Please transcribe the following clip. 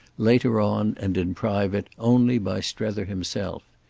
later on and in private, only by strether himself.